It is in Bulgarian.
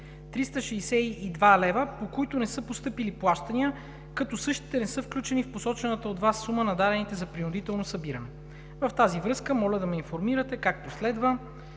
362 лв., по които не са постъпили плащания, като същите не са включени в посочената от Вас сума на дадените за принудително събиране. В тази връзка моля да ме информирате какви мерки